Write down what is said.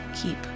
keep